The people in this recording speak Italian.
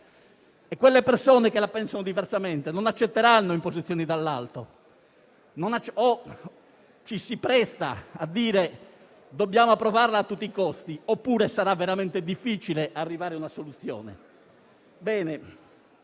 Le persone che la pensano diversamente non accetteranno imposizioni dall'alto; o ci si presta a dire che dobbiamo approvare la legge a tutti i costi oppure sarà veramente difficile arrivare ad una soluzione.